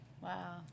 Wow